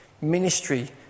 Ministry